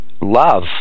love